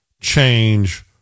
change